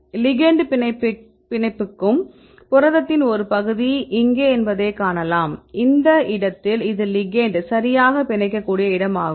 ligand பிணைக்கும் புரதத்தின் ஒரு பகுதி இங்கே என்பதை காணலாம் இந்த படத்தில் இது லிகெெண்ட் சரியாக பிணைக்கக்கூடிய இடம் ஆகும்